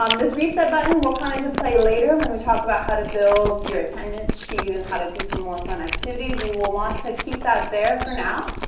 um this reset button will come into play later when we talk about how to build your attendance sheet and how to do some more fun activities. you will want to keep that there for now.